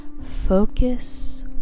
Focus